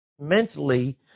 mentally